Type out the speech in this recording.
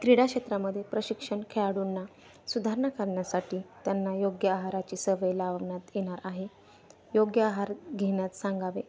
क्रीडा क्षेत्रामध्ये प्रशिक्षण खेळाडूंना सुधारणा करण्यासाठी त्यांना योग्य आहाराची सवय लावण्यात येणार आहे योग्य आहार घेण्यात सांगावे